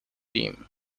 team